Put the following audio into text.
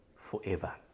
forever